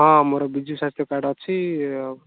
ହଁ ମୋର ବିଜୁ ସ୍ୱାସ୍ଥ୍ୟ କାର୍ଡ଼ ଅଛି